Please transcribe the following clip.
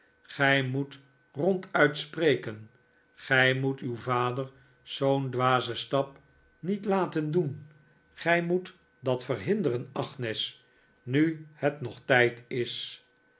gij moet ronduit spreken gij moet uw vader zoo'n dwazen stap niet laten doen gij moet dat verhinderen agnes nu het nog tijd is